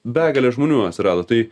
begalė žmonių atsirado tai